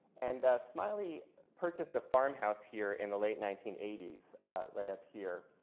and smiley purchased a farmhouse here in the late nineteen eighty s right up here.